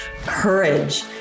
courage